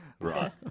Right